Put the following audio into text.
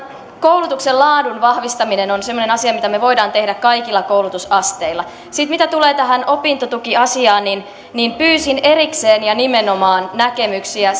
koulutuksen laadun vahvistaminen on semmoinen asia mitä me voimme tehdä kaikilla koulutusasteilla mitä tulee tähän opintotukiasiaan niin niin pyysin erikseen ja nimenomaan näkemyksiä